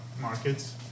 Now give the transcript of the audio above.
markets